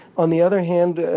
on the other hand, ah